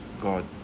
God